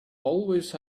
always